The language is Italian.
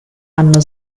hanno